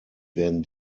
werden